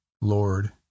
Lord